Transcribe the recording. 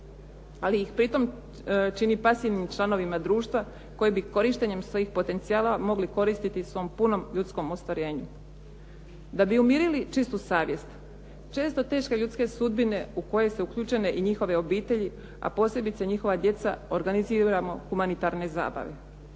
ali ih pritom čini pasivnim članovima društva koji bi korištenjem svojih potencijala mogli koristiti u svom punom ljudskom ostvarenju. Da bi umirili čistu savjest, često teške ljudske sudbine u koje su uključene i njihove obitelji, a posebice njihova djeca organiziramo humanitarne zabave.